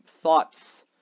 thoughts